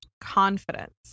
confidence